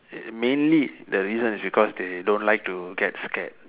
mainly the reason is because they don't like to get scared